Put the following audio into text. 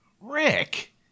Rick